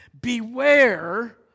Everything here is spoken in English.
beware